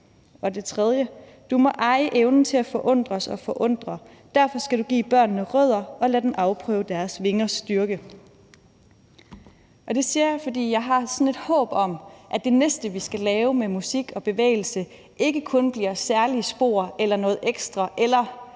for det tredje bud 8: »Du må eje evnen til at forundres og forundre. Derfor skal du give børnene rødder og lade dem afprøve deres vingers styrke.« Det siger jeg, fordi jeg har sådan et håb om, at det næste, vi skal lave med musik og bevægelse, ikke kun bliver særlige spor eller noget ekstra eller